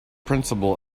principal